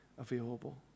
available